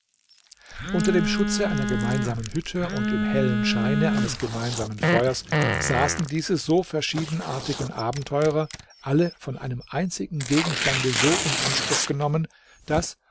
unter dem schutze einer gemeinsamen hütte und im hellen scheine eines gemeinsamen feuers saßen diese so verschiedenartigen abenteurer alle von einem einzigen gegenstande so in anspruch genommen daß